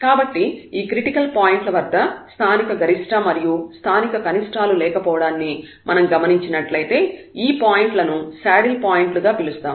కాబట్టి ఈ క్రిటికల్ పాయింట్ల వద్ద స్థానిక గరిష్ట మరియు స్థానిక కనిష్టాలు లేకపోవడాన్ని మనం గమనించినట్లైతే ఆ పాయింట్ లను శాడిల్ పాయింట్లు గా పిలుస్తాము